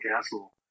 castle